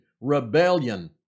rebellion